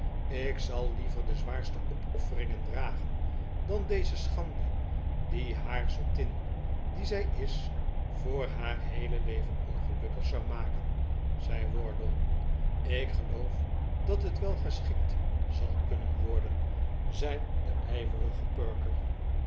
ik zal liever de zwaarste opofferingen dragen dan deze schande die haar zottin die zij is voor haar heele leven ongelukkig zou maken zei wardle ik geloof dat het wel geschikt zal kunnen worden zei de